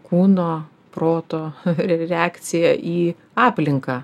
kūno proto reakcija į aplinką